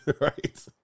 Right